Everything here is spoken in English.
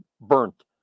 burnt